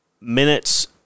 minutes